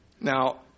Now